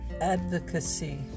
Advocacy